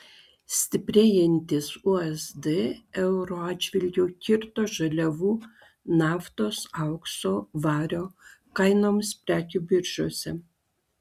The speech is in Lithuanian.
stiprėjantis usd euro atžvilgiu kirto žaliavų naftos aukso vario kainoms prekių biržose